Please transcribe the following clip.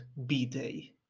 BDAY